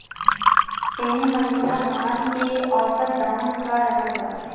एह महीना धान के औसत दाम का रहल बा?